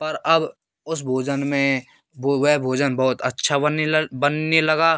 पर अब उस भोजन में वो वेह भोजन बहुत्गअच्छा बनने बनने लगा